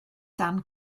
dan